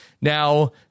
Now